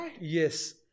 Yes